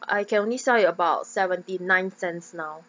I can only sell about seventy nine cents now